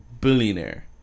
billionaire